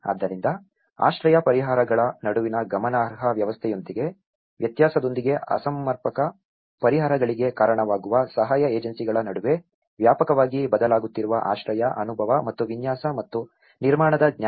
ಆದ್ದರಿಂದ ಆಶ್ರಯ ಪರಿಹಾರಗಳ ನಡುವಿನ ಗಮನಾರ್ಹ ವ್ಯತ್ಯಾಸದೊಂದಿಗೆ ಅಸಮರ್ಪಕ ಪರಿಹಾರಗಳಿಗೆ ಕಾರಣವಾಗುವ ಸಹಾಯ ಏಜೆನ್ಸಿಗಳ ನಡುವೆ ವ್ಯಾಪಕವಾಗಿ ಬದಲಾಗುತ್ತಿರುವ ಆಶ್ರಯ ಅನುಭವ ಮತ್ತು ವಿನ್ಯಾಸ ಮತ್ತು ನಿರ್ಮಾಣದ ಜ್ಞಾನ